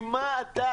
ממה אתה,